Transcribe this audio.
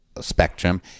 spectrum